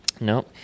No